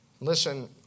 Listen